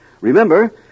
Remember